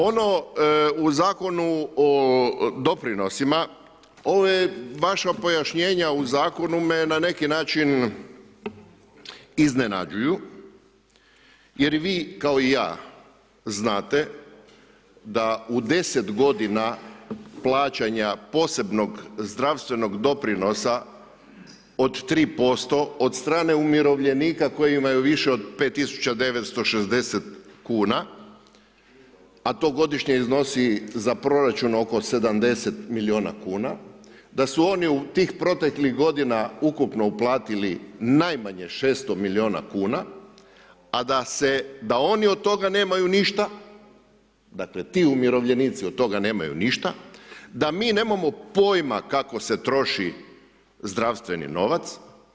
Ono u Zakonu o doprinosima, ova vaša pojašnjenja u zakonu me na neki način iznenađuju jer vi kao i ja znate da u 10 g. plaćanja posebnog zdravstvenog doprinosa od 3% od strane umirovljenika koji imaju više od 5960 kuna, to godišnje iznosi za proračun oko 70 milijuna kuna, da su oni u tih proteklih godina ukupno uplatili najmanje 600 milijuna kuna a da oni od toga nemaju ništa, dakle ti umirovljenici od toga nemaju ništa, da mi nemamo pojma kako se troši zdravstveni novac.